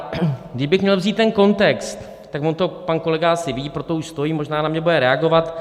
A kdybych měl vzít ten kontext, tak on to pan kolega asi ví, proto už stojí, možná na mě bude reagovat.